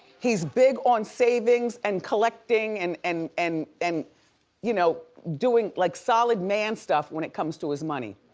he's big on savings and collecting, and and and and you know doing like solid man stuff when it comes to his money,